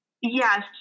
Yes